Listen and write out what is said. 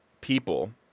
people